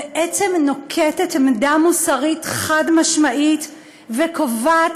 בעצם נוקטת עמדה מוסרית חד-משמעית וקובעת